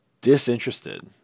disinterested